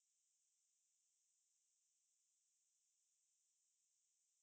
what is like why is so popular just watch shows online